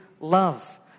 love